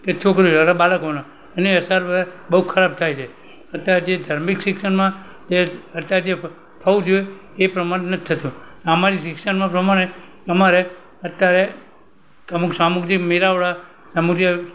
કે છોકરીઓ બાળકોને એની અસર બહુ ખરાબ થાય છે અત્યાર જે ધાર્મિક શિક્ષણમાં જે અત્યાર જે થવું જોઈએ એ પ્રમાણ નથી થતું સામાન્ય શિક્ષણમાં પ્રમાણે તમારે અત્યારે અમુક સામાજીક મેળાવળા સામું